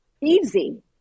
Easy